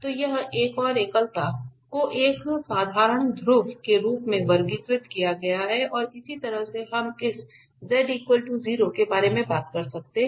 तो यह एक और एकलता को एक साधारण ध्रुव के रूप में वर्गीकृत किया गया है और इसी तरह हम इस z i के बारे में बात कर सकते हैं